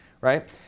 right